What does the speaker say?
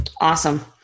Awesome